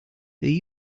they